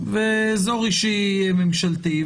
ואזור אישי ממשלתי,